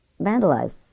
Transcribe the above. vandalized